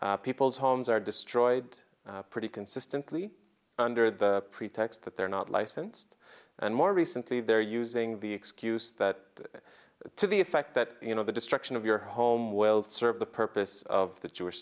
people's homes are destroyed pretty consistently under the pretext that they're not licensed and more recently they're using the excuse that to the effect that you know the destruction of your home will serve the purpose of the jewish